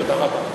תודה רבה.